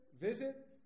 visit